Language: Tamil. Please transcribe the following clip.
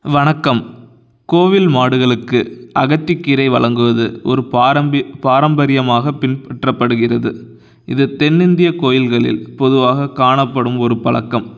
வணக்கம் கோவில் மாடுகளுக்கு அகத்திக்கீரை வழங்குவது ஒரு பாரம்பி பாரம்பரியமாக பின்பற்றப்படுகிறது இது தென்னிந்தியக் கோவில்களில் பொதுவாக காணப்படும் ஒரு பழக்கம்